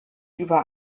über